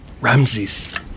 Ramses